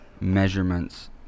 measurements